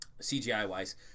CGI-wise